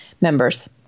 members